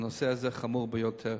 הנושא הזה חמור ביותר,